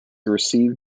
received